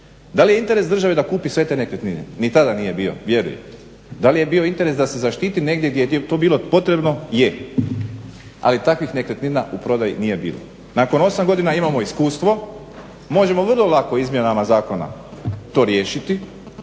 Da li je interes države da kupi sve te nekretnine. Ni tada nije bio, da li je bio interes da se zaštiti negdje gdje je to bilo potrebno, je, ali takvih nekretnina u prodaji nije bilo. Nakon osam godina imamo iskustvo, možemo vrlo lako izmjenama zakona to riješiti,